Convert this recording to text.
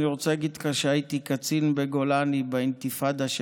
אני רוצה להגיד כאן שהייתי קצין בגולני באינתיפאדה של